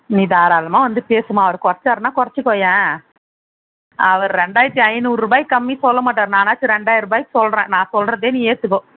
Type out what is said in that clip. நீ தாராளமாக வந்து பேசும்மா அவர் குறைச்சார்னா குறைச்சிக்கோயன் அவர் ரெண்டாயிரத்தி ஐநூறுபாய்க்கு கம்மி சொல்லமாட்டார் நானாச்சும் ரெண்டாயிருபாய்க்கு சொல்கிறேன் நான் சொல்கிறதையே நீ ஏற்றுக்கோ